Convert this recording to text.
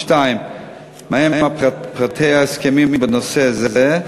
2. מה הם פרטי ההסכמים בנושא זה?